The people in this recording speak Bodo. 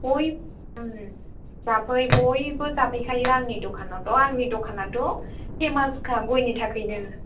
बयबो जाफै बयबो जाफैखायो आंनि दखानावथ' आंनि दखानाथ' फेमासखा गयनि थाखायनो